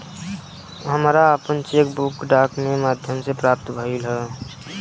हमरा आपन cheque book डाक के माध्यम से प्राप्त भइल ह